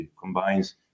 combines